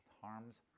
harm's